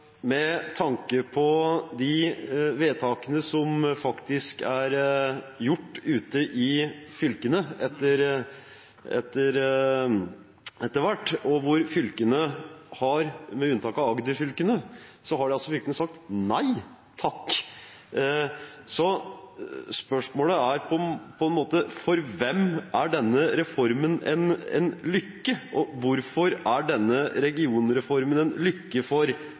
Med tanke på de vedtakene som faktisk er gjort ute i fylkene etter hvert, og hvor fylkene, med unntak av Agder-fylkene, har sagt nei takk, er spørsmålet: For hvem er denne reformen en lykke? Hvorfor er denne regionreformen en lykke for